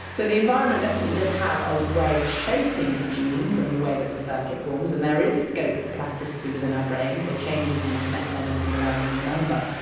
so the environment definitely does have a way of shaping the genes and the way that the circuit forms, and there is scope for plasticity within our brains, so changes in the connectome as we learn and remember.